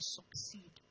succeed